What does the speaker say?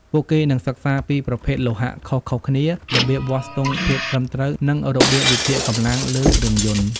ពួកគេនឹងសិក្សាពីប្រភេទលោហៈខុសៗគ្នា របៀបវាស់ស្ទង់ភាពត្រឹមត្រូវ និងរបៀបវិភាគកម្លាំងលើគ្រឿងយន្ត។